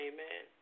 Amen